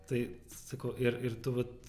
tai sakau ir ir tu vat